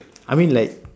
I mean like